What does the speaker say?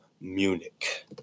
Munich